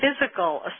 physical